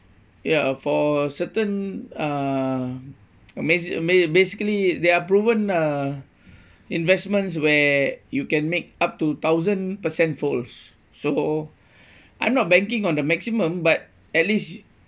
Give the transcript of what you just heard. ya for certain uh basic~ basic~ basically there are proven uh investments where you can make up to thousand percent folds so I'm not banking on the maximum but at least